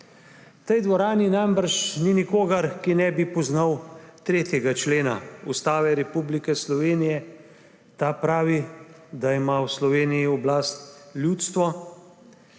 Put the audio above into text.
tej dvorani namreč ni nikogar, ki ne bi poznal 3. člena Ustave Republike Slovenije. Ta pravi, da ima v Sloveniji oblast ljudstvo,